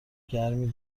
گرمی